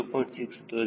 6 ಅಥವಾ 0